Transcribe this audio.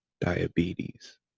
diabetes